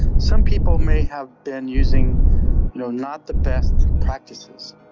some people may have been using not the best practices.